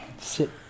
Sit